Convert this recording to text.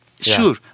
Sure